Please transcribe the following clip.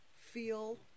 feel